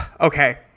okay